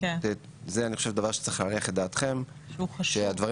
זה דבר שצריך להניח את דעתכם שהדברים